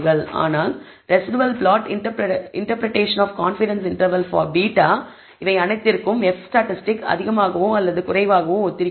ஆனால் residual plot interpretation of confidence interval for β இவை அனைத்திற்கும் F ஸ்டாட்டிஸ்டிக் அதிகமாகவோ அல்லது குறைவாகவோ ஒத்திருக்கிறது